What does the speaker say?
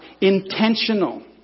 Intentional